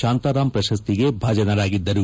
ಶಾಂತಾರಾಂ ಪ್ರಶಸ್ತಿಗೆ ಭಾಜನರಾಗಿದ್ದರು